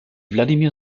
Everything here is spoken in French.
vladimir